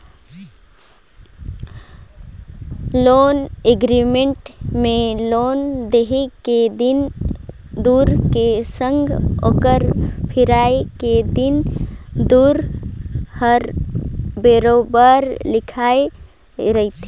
loan agreement में loan देहे के दिन दुरा के संघे ओकर फिराए के दिन दुरा हर बरोबेर लिखाए रहथे